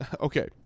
Okay